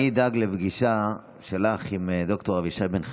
אני אדאג לפגישה שלך עם ד"ר אבישי בן חיים.